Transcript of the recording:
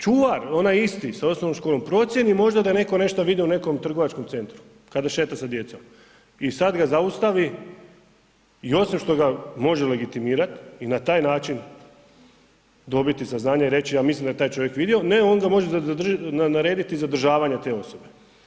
Čuvar onaj isti s osnovnom školom procjeni možda da je netko nešto vidio u nekom trgovačkom centru kada šeta s djecom i sada ga zaustavi i osim što ga može legitimirati i na taj način dobiti saznanja i reći ja mislim da je taj čovjek vidio, ne onda može narediti zadržavanje te osobe.